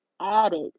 added